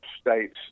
states